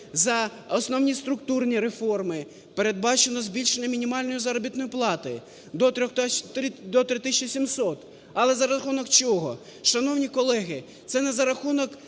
за основні структурні реформи, - передбачено збільшення мінімальної заробітної плати до 3 тисячі 700. Але за рахунок чого? Шановні колеги, це не за рахунок